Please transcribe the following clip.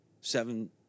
Seven